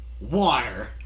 Water